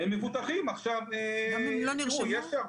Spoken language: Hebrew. כולם מבוטחים על-ידי הביטוח הלאומי?